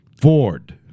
Ford